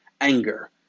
Anger